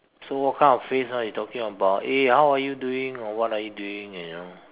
so what kind of phrase are you talking about hey how are you doing or what are you doing you know